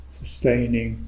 sustaining